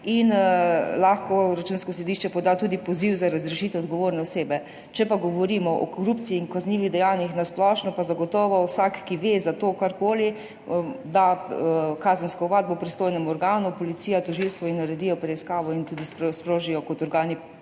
in lahko Računsko sodišče poda tudi poziv za razrešitev odgovorne osebe. Če govorimo o korupciji in kaznivih dejanjih na splošno, pa zagotovo vsak, ki ve o tem karkoli, da kazensko ovadbo pristojnemu organu, policija, tožilstvo naredijo preiskavo in tudi sprožijo kot organi pregona